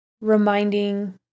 reminding